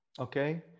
Okay